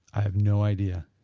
i have no idea